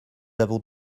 avons